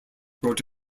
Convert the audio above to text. wrote